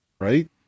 right